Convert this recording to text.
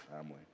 family